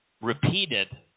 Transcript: repeated